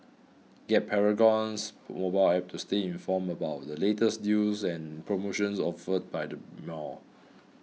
get Paragon's mobile app to stay informed about the latest deals and promotions offered by the mall